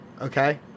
Okay